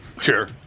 sure